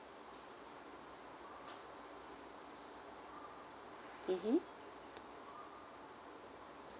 mmhmm